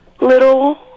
little